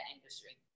industry